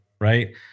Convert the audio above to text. Right